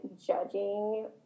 judging